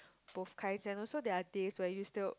both kinds and also there are days where you still